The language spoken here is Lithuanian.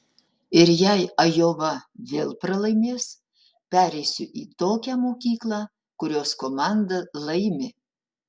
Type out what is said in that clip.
ir jei ajova vėl pralaimės pereisiu į tokią mokyklą kurios komanda laimi